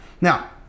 Now